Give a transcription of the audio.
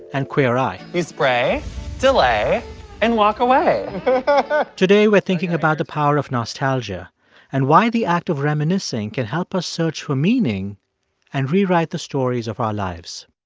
and queer eye. you spray, delay, and walk away but today we're thinking about the power of nostalgia and why the act of reminiscing can help us search for meaning and rewrite the stories of our lives.